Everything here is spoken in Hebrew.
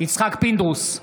יצחק פינדרוס,